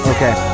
Okay